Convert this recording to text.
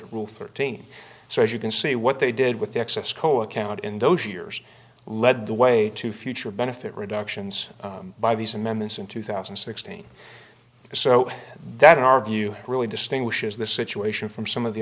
rule thirteen so as you can see what they did with the excess coa count in those years led the way to future benefit reductions by these amendments in two thousand and sixteen so that in our view really distinguishes the situation from some of the